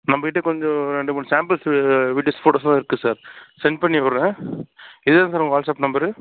நம்ம வீட்டுக்கு வந்து ஒரு ரெண்டு மூணு சாம்பிள்ஸு வீடியோஸ் போட்டோஸ்லாம் இருக்கு சார் சென்ட் பண்ணிவிட்றன் இதே தானே சார் உங்கள் வாட்சப் நம்பரு